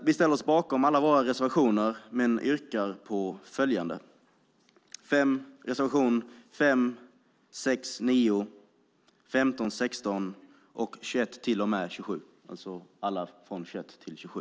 Vi ställer oss bakom alla våra reservationer, men yrkar bifall till följande: reservationerna 5, 6, 9, 15, 16 och 21-27.